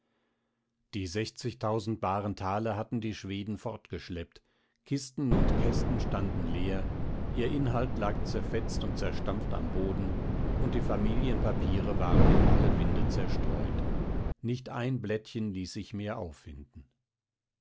die sechstausend baren thaler hatten die schweden fortgeschleppt kisten und kästen standen leer ihr inhalt lag zerfetzt und zerstampft am boden und die familienpapiere waren in alle winde zerstreut nicht ein blättchen ließ sich mehr auffinden